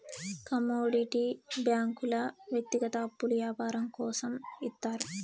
commodity బ్యాంకుల వ్యక్తిగత అప్పులు యాపారం కోసం ఇత్తారు